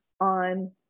on